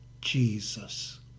Jesus